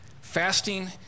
fasting